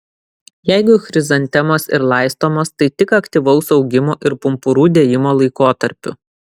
jeigu chrizantemos ir laistomos tai tik aktyvaus augimo ir pumpurų dėjimo laikotarpiu